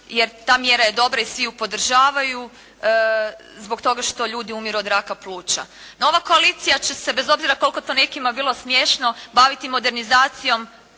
jer ta mjera je dobra i svi ju podržavaju zbog toga što ljudi umiru od raka pluća. No ova koalicija će se bez obzira koliko to nekima bilo smiješno baviti modernizacijom